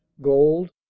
gold